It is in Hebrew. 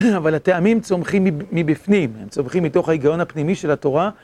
אבל הטעמים צומחים מבפנים, הם צומחים מתוך ההיגיון הפנימי של התורה.